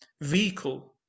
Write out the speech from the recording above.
vehicle